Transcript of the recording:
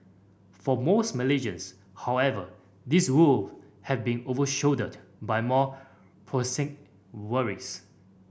for most Malaysians however these woes have been overshadowed by more prosaic worries